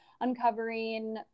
uncovering